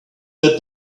that